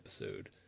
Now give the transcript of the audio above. episode